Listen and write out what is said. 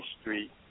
Street